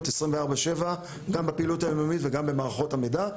24/7 גם בפעילות היום-יומית וגם במערכות המידע.